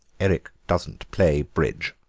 eric doesn't play bridge,